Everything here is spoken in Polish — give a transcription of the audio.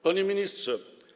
Panie Ministrze!